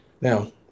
Now